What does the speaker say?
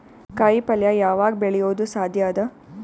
ಕಾಯಿಪಲ್ಯ ಯಾವಗ್ ಬೆಳಿಯೋದು ಸಾಧ್ಯ ಅದ?